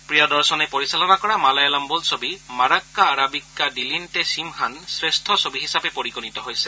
প্ৰিয়দৰ্শনে পৰিচালনা কৰা মালায়ালম বোলছবি মাৰাক্কা আৰাবিক্কা দিলিন্টে চিমহান্ শ্ৰেষ্ঠ ছবি হিচাপে পৰিগণিত হৈছে